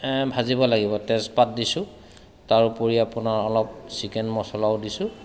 ভাজিব লাগিব তাত তেজপাত দিছোঁ তাৰোপৰি আপোনাৰ অলপ চিকেন মছলাও দিছোঁ